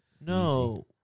No